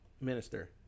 minister